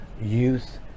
youth